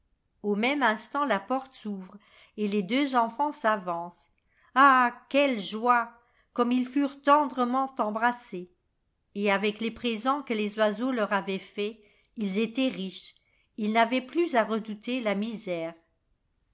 au même instant la porte s'ouvre et les deux enfants s'avancent ah quelle joie comme ils furent tendrement embrassés et avec les présents que les oiseaux leur avaient faits ils étaient riches ils n'avaient plus à redouter la misère